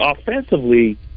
offensively